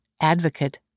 advocate